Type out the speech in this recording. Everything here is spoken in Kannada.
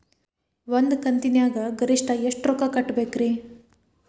ಒಂದ್ ಕಂತಿನ್ಯಾಗ ಗರಿಷ್ಠ ಎಷ್ಟ ರೊಕ್ಕ ಕಟ್ಟಬೇಕ್ರಿ?